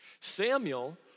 Samuel